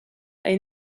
est